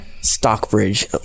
Stockbridge